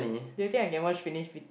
do you think I can watch finish d~